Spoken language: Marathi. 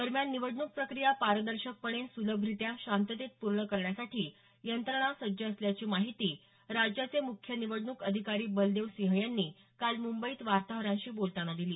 दरम्यान निवडणूक प्रक्रिया पारदर्शकपणे सुलभरित्या शांततेत पूर्ण करण्यासाठी यंत्रणा सज्ज असल्याची माहिती राज्याचे मुख्य निवडणूक अधिकारी बलदेव सिंह यांनी काल मुंबईत वार्ताहरांशी बोलताना दिली